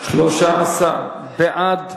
13 בעד,